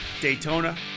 Daytona